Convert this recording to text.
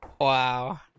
Wow